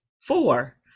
four